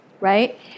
right